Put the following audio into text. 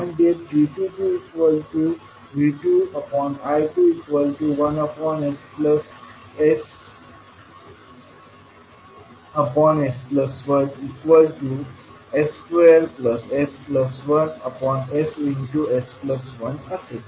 म्हणजेच g22V2I21sss1s2s1ss1 असेल